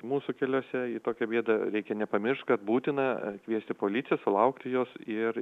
mūsų keliose į tokią bėdą reikia nepamiršti kad būtina kviesti policiją sulaukti jos ir